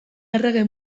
errege